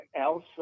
else